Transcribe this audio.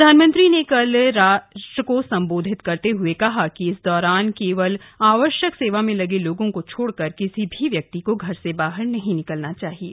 प्रधानमंत्री ने कल शाम राष्ट्र को संबोधित करते हए कहा कि इस दौरान केवल आवश्यक सेवा में लगे लोगों को छोड़कर किसी भी व्यक्ति को घर से बाहर नहीं निकलना चाहिए